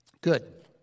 Good